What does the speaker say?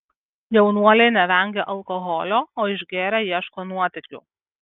jaunuoliai nevengia alkoholio o išgėrę ieško nuotykių